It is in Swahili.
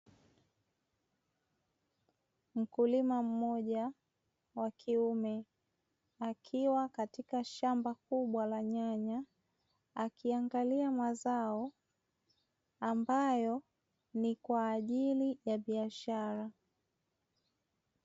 Mkuma mmoja wa kiume akiwa katika shamba kubwa la nyanya, akiangalia mazao ambayo ni kwaajili ya biashara.